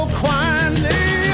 quietly